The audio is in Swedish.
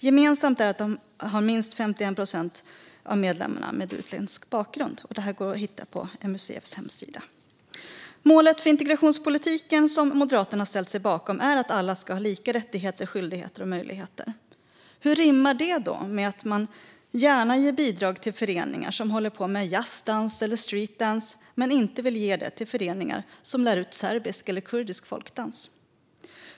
Gemensamt är att minst 51 procent av medlemmarna ska ha utländsk bakgrund. Allt detta kan man hitta på MUCF:s hemsida. Målet för integrationspolitiken, som Moderaterna har ställt sig bakom, är att alla ska ha lika rättigheter, skyldigheter och möjligheter. Hur rimmar det med att man gärna ger bidrag till föreningar som håller på med jazzdans eller streetdance men inte vill ge det till föreningar som lär ut serbisk eller kurdisk folkdans?